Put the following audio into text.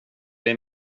dig